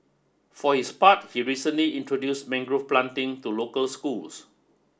for his part he recently introduced mangrove planting to local schools